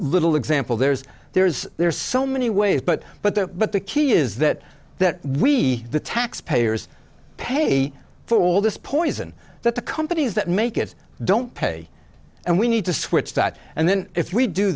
little example there is there is there are so many ways but but the but the key is that that we the taxpayers pay for all this poison that the companies that make it don't pay and we need to switch that and then if we do